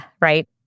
right